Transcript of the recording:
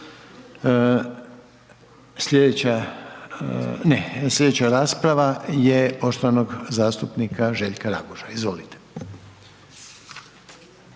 slijedeća rasprava je poštovanog zastupnika Željka Raguža, izvolite.